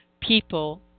people